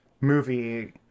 movie